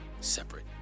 separate